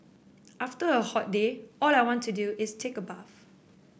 after a hot day all I want to do is take a bath